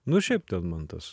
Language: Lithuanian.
nu ir šiaip ten man tas